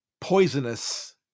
poisonous